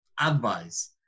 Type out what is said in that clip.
advice